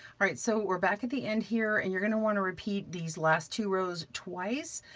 all right, so we're back at the end here, and you're gonna wanna repeat these last two rows twice.